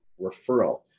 referral